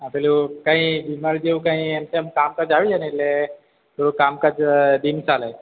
આ પેલું કંઈ બીમારી જેવુ કંઈ એમ તેમ કામ કાજ આવી જાય ને એટલે થોડું કામકાજ ડિમ ચાલે છે